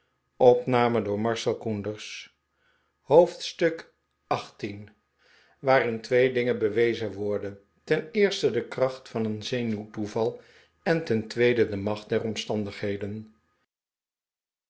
waarin twee dingen bewezen worden ten eerste de kracht van een zenuwtoeval en ten tweede de macht der omstandigheden